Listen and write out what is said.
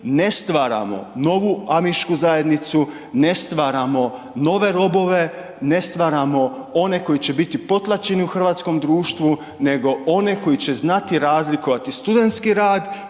Ne stvaramo novu Amišku zajednicu, ne stvaramo nove robove, ne stvaramo one koji će biti potlačeni u hrvatskom društvu nego one koji će znati razlikovati studentski rad